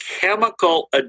chemical